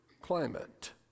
climate